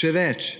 Še več,